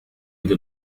إلى